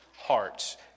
hearts